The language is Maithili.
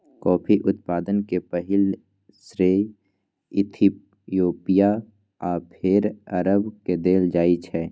कॉफी उत्पादन के पहिल श्रेय इथियोपिया आ फेर अरब के देल जाइ छै